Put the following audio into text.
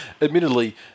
Admittedly